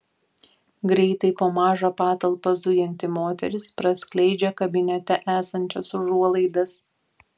greitai po mažą patalpą zujanti moteris praskleidžia kabinete esančias užuolaidas